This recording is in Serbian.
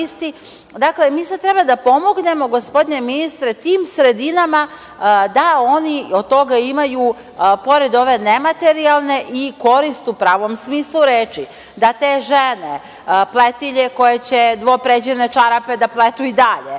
dakle, mi sad treba da pomognemo, gospodine ministre, tim sredinama da oni od toga imaju, pored ove nematerijalne, i korist u pravom smislu reči. Da te žene pletilje koje će dvopređene čarape da pletu i dalje,